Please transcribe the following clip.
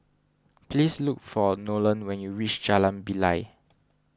please look for Nolan when you reach Jalan Bilal